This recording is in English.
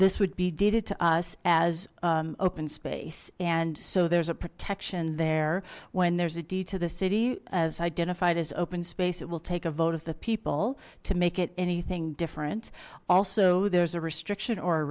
this would be deeded to us as open space and so there's a protection there when there's a d to the city as identified as open space it will take a vote of the people to make it anything different also there's a restriction or